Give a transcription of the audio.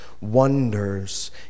wonders